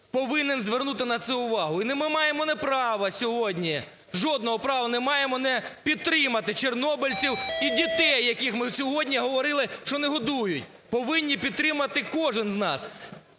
повинен звернути на це увагу. І ми не маємо права сьогодні, жодного права не маємо не підтримати чорнобильців і дітей, яких ми сьогодні говорили, що не годують. Повинні підтримати кожен з нас.